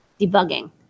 debugging